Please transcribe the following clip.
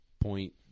point